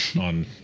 on